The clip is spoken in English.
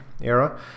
era